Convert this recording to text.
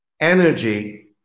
energy